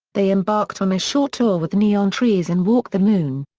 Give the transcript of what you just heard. they embarked on a short tour with neon trees and walk the moon.